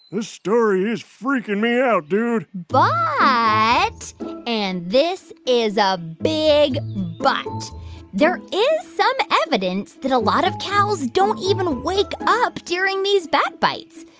this story is freaking me out, dude but and this is a big but there is some evidence that a lot of cows don't even wake up during these bat bites.